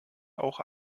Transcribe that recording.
auch